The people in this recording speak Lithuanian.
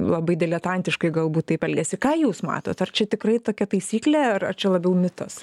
labai diletantiškai galbūt taip elgiasi ką jūs matot ar čia tikrai tokia taisyklė ar ar čia labiau mitas